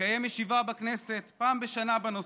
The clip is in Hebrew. לקיים ישיבה בכנסת פעם בשנה בנושא,